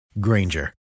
Granger